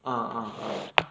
uh uh uh